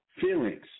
feelings